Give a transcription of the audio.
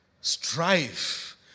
Strife